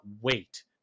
wait